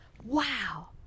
wow